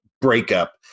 breakup